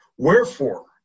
Wherefore